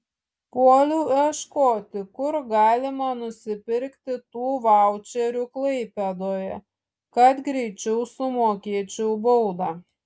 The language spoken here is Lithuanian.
puoliau ieškoti kur galima nusipirkti tų vaučerių klaipėdoje kad greičiau sumokėčiau baudą